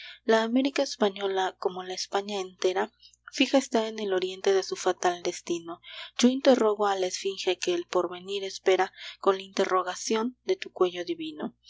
la américa española como la españa entera fija está en el oriente de su fatal destino yo interrogo a la esfinge que el porvenir espera con la interrogación de tu cuello divino